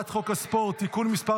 הספורט (תיקון מס'